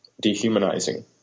dehumanizing